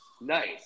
Nice